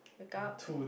wake up